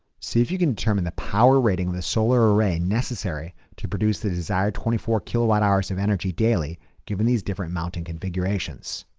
see if you can determine the power rating, the solar array necessary to produce the desired twenty four kilowatt hours of energy daily given these different mounting configurations.